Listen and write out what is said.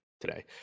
today